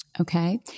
Okay